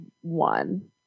one